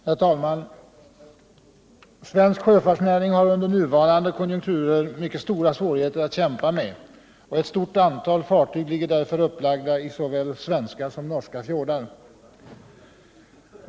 Herr talman! Svensk sjöfartsnäring har under nuvarande konjunkturer mycket stora svårigheter att kämpa med. Eu stort antal fartyg ligger därför upplagda i såväl svenska som norska fjordar.